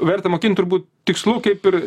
verta mokint turbūt tikslų kaip ir